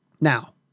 Now